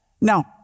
Now